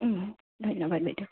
ধন্যবাদ বাইদেউ